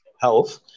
health